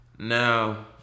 Now